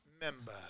member